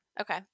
Okay